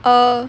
err